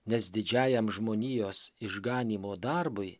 nes didžiajam žmonijos išganymo darbui